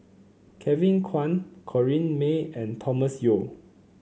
Kevin Kwan Corrinne May and Thomas Yeo